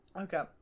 Okay